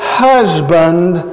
husband